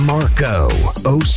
Marco